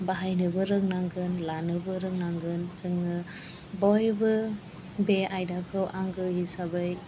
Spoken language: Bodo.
बाहायनोबो रोंनांगोन लानोबो रोंनांगोन जोङो बयबो बे आयदाखौ आंगो हिसाबै